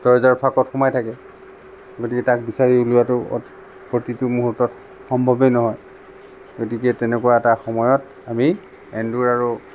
দৰ্জাৰ ফাঁকত সোমাই থাকে গতিকে তাক বিচাৰি উলিওৱাতো প্ৰতিটো মূহূৰ্তত সম্ভৱে নহয় গতিকে তেনেকুৱা এটা সময়ত আমি এন্দুৰ আৰু